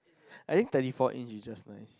I think thirty four inch is just nice